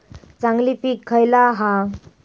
चांगली पीक खयला हा?